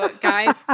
Guys